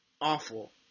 awful